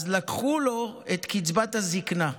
אז לקחו לו את קצבת הזקנה,